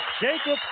Jacob